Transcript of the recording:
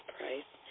Price